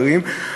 אחרים,